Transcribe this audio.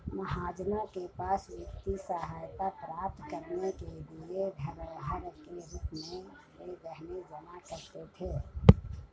महाजनों के पास वित्तीय सहायता प्राप्त करने के लिए धरोहर के रूप में वे गहने जमा करते थे